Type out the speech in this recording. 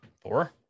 Four